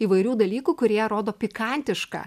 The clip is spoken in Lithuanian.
įvairių dalykų kurie rodo pikantišką